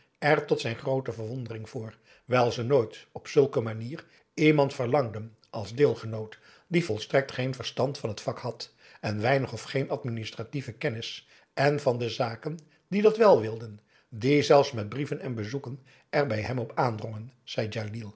tot zijn groote verwondering voor wijl ze nooit op zulk een manier iemand verlangden als deelgenoot die volstrekt geen verstand van het vak had en weinig of geen administratieve kennis en van de zaken die dat wèl wilden die zelfs met brieven en bezoeken er bij hem op aandrongen zei